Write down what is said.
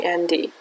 Andy